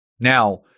Now